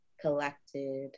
collected